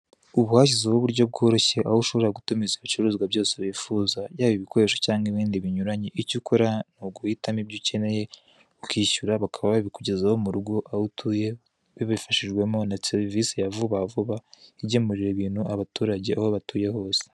Ubu bashyizeho uburyo bworoshye aho ushobora gutumiza ibicuruzwa byose wifuza, yaba ibikoresho cyangwa ibindi binyuranye, icyo ukora ni uguhitamo ibyo ukeneye ukishyura bakaba babikugezaho mu rugo aho utuye, babifashijwemo na serivise ya vuba vuba, igemurira ibintu abaturage aho batuye hose.